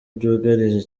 byugarije